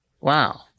wow